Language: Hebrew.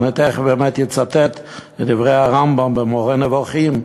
ואני תכף אצטט מדברי הרמב"ם ב"מורה נבוכים"